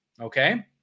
Okay